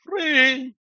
Free